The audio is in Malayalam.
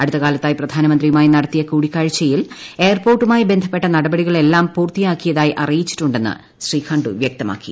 അടുത്ത കാലത്തായി പ്രധാനമന്ത്രിയുമായി നടത്തിയ കൂടിക്കാഴ്ചയിൽ എയർ പോർട്ടുമായി ബന്ധപ്പെട്ട നടപടികളെല്ലാം പൂർത്തിയാക്കിയതായി അറിയിച്ചിട്ടുണ്ടെന്ന് ശ്രീ ഖണ്ഡു വൃക്തമാക്കി